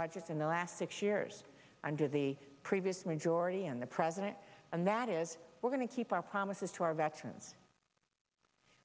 budgets in the last six years under the previous majority and the president and that is we're going to keep our promises to our veterans